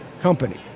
company